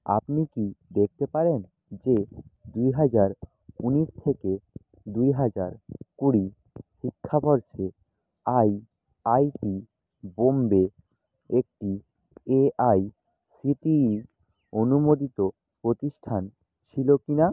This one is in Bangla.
আপনি কি দেখতে পারেন যে দুই হাজার উনিশ থেকে দুই হাজার কুড়ি শিক্ষাবর্ষে আই আইটি বোম্বে একটি এআইসিটিই অনুমোদিত প্রতিষ্ঠান ছিলো কিনা